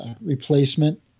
replacement